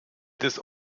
des